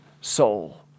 soul